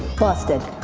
busted!